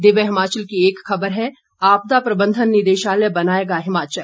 दिव्य हिमाचल की एक खबर है आपदा प्रबंधन निदेशालय बनाएगा हिमाचल